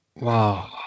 Wow